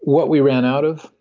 what we ran out of,